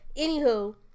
anywho